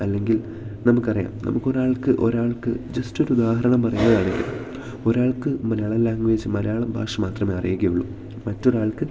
അല്ലെങ്കിൽ നമുക്കറിയാം നമുക്കൊരാൾക്ക് ഒരാൾക്ക് ജസ്റ്റൊരുദാഹരണം പറയുകയാണെങ്കിൽ ഒരാൾക്ക് മലയാളം ലാംഗ്വേജ് മലയാളം ഭാഷ മാത്രമേ അറിയുകയുള്ളൂ മറ്റൊരാൾക്ക്